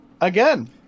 Again